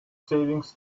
savings